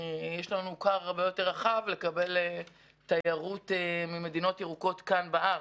יש לנו כר הרבה יותר רחב לקבל תיירות ממדינות ירוקות כאן בארץ.